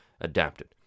adapted